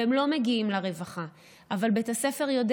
והם לא מגיעים לרווחה אבל בית הספר יודע